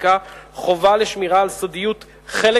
לסטטיסטיקה חובה לשמירה על סודיות חלק